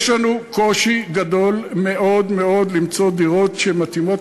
יש לנו קושי גדול מאוד מאוד למצוא דירות שמתאימות